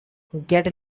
get